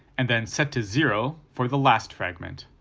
and then set to zero for the last fragment.